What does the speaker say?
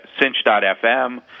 cinch.fm